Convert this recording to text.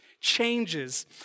changes